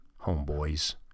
homeboys